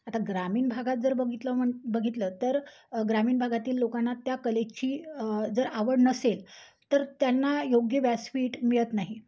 आता ग्रामीण भागात जर बघितलं म्हण बघितलं तर ग्रामीण भागातील लोकांना त्या कलेची जर आवड नसेल तर त्यांना योग्य व्यासपीठ मिळत नाही